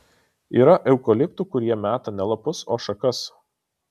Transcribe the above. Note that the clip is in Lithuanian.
yra eukaliptų kurie meta ne lapus o šakas